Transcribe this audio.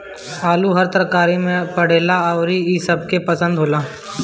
आलू हर तरकारी में पड़ेला अउरी इ सबके पसंद होला